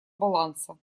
баланса